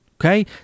Okay